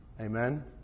Amen